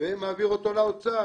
ומעביר אותו לאוצר.